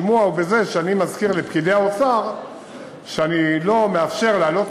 השימוע הוא בזה שאני מזכיר לפקידי האוצר שאני לא מאפשר להעלות